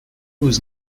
was